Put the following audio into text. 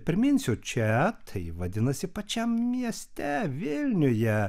priminsiu čia tai vadinasi pačiam mieste vilniuje